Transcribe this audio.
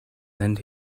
and